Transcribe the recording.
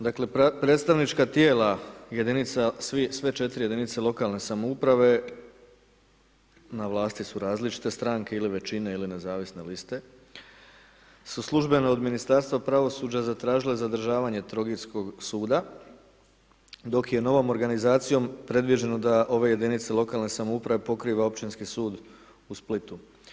Dakle, predstavnička tijela jedinica sve četiri jedinice lokalne samouprave na vlasti su različite stranke ili većine ili nezavisne liste, su službeno od Ministarstva pravosuđa zatražile zadržavanje Trogirskog suda, dok je novom organizacijom da ove jedinice lokalne samouprave pokriva Općinski sud u Splitu.